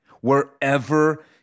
wherever